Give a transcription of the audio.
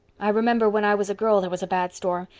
i remember when i was a girl there was a bad storm,